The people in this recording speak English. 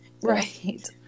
right